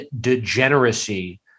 degeneracy